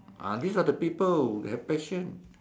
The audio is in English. uh these are the people have passion